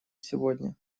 сегодня